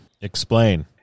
explain